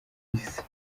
isi